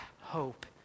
hope